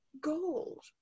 gold